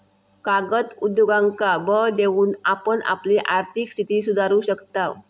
कागद उद्योगांका बळ देऊन आपण आपली आर्थिक स्थिती सुधारू शकताव